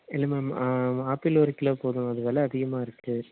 இல்லை மேம் ஆ ஆப்பிள் ஒரு கிலோ போதும் அது விலை அதிகமாக இருக்கு